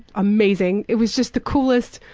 amazing, it was just the coolest,